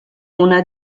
una